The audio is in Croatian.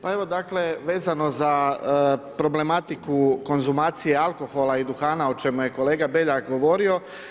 Pa evo dakle vezano za problematiku konzumacije alkohola i duhana o čemu je kolega Beljak govorio.